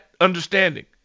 understanding